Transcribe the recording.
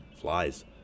Flies